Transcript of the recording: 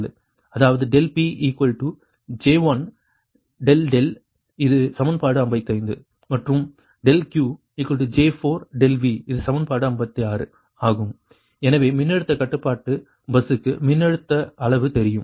அதாவது ∆PJ1∆ இது சமன்பாடு 55 மற்றும் ∆QJ4∆Vஇது சமன்பாடு 56 ஆகும் எனவே மின்னழுத்தக் கட்டுப்பாட்டு பஸ்சுக்கு மின்னழுத்த அளவு தெரியும்